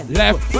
left